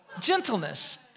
Gentleness